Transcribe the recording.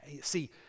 See